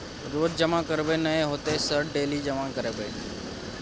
रोज जमा करबे नए होते सर डेली जमा करैबै?